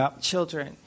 children